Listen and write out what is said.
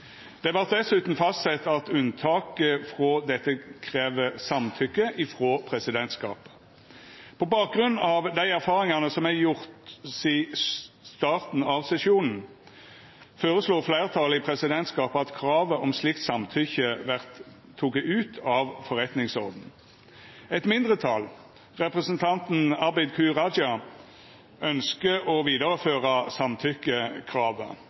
Det vart dessutan fastsett at unntak frå dette krev samtykke frå presidentskapet. På bakgrunn av dei erfaringane som ein har gjort sidan starten av sesjonen, foreslo fleirtalet i presidentskapet at kravet om slikt samtykke skulle verta teke ut av forretningsordenen. Eit mindretal, representanten Abid Q. Raja, ønskjer å vidareføra samtykkekravet.